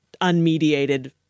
unmediated